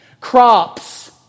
crops